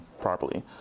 properly